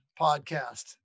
podcast